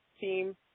team